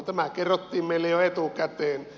tämä kerrottiin meille jo etukäteen